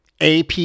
AP